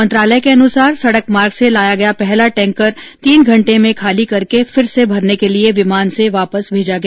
मंत्रालय के अनुसार सड़क मार्ग से लाया गया पहला टैंकर तीन घंटे में खाली करके फिर से भरने के लिए विमान से वापस भेजा गया